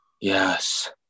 Yes